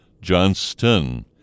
Johnston